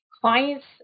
Clients